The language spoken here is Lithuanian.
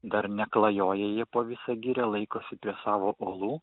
dar neklajoja jie po visą girią laikosi savo olų